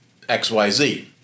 XYZ